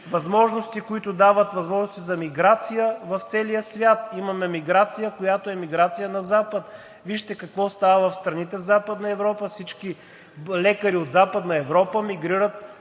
възможности, които дават възможности за миграция в целия свят. Имаме миграция, която е миграция на Запад. Вижте какво става в страните в Западна Европа – всички лекари от Западна Европа мигрират